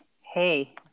Hey